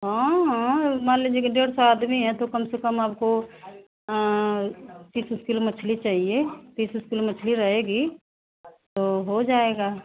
हाँ मान लीजिए कि डेढ़ सौ आदमी हैं तो कम से कम आपको तीस ऊस किलो मछली चहिए तीस ऊस किलो मछली रहेगी तो हो जाएगा